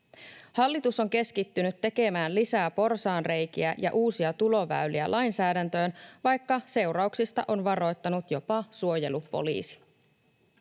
Hallitus on keskittynyt tekemään lisää porsaanreikiä ja uusia tuloväyliä lainsäädäntöön, vaikka seurauksista on varoittanut jopa suojelupoliisi.